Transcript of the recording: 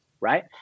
right